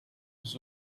was